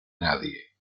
nadie